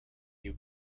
you